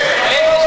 מאיר.